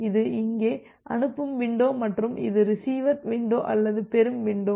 இது இங்கே அனுப்பும் வின்டோ மற்றும் இது ரிசீவர் வின்டோ அல்லது பெறும் வின்டோ